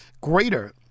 greater